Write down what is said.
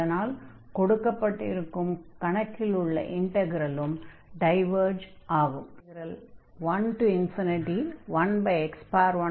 அதனால் கொடுக்கப்பட்டிருக்கும் கணக்கில் உள்ள இன்டக்ரலும் டைவர்ஜ் ஆகும்